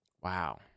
Wow